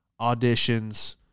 auditions